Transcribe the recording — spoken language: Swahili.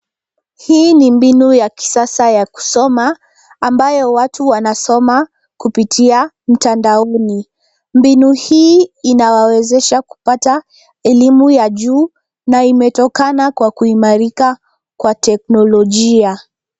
Hii ni mbinu ya kisasa ya kusoma ambayo watu wanasoma kupitia mtandaoni. Mbinu hii inawawezesha kupata elimu ya juu na imetokana kwa kuimarika kwa teknolojia.